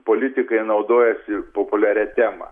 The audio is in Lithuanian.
politikai naudojasi populiaria tema